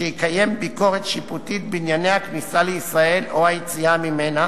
שיקיים ביקורת שיפוטית בענייני הכניסה לישראל והיציאה ממנה